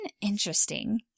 interesting